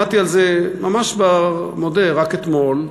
למדתי את זה ממש רק אתמול.